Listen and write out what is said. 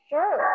Sure